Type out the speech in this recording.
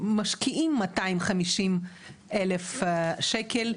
משקיעים 250,000 שקל,